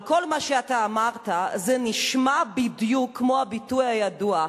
אבל כל מה שאמרת נשמע בדיוק כמו הביטוי הידוע: